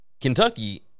Kentucky